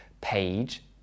Page